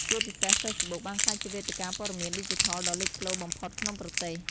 ជាពិសេស Facebook បានក្លាយជាវេទិកាព័ត៌មានឌីជីថលដ៏លេចធ្លោបំផុតក្នុងប្រទេស។